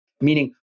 Meaning